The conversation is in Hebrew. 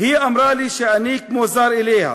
"היא אמרה לי שאני כמו זר אליה,